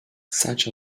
such